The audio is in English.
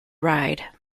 ride